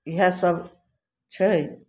इएह सब छै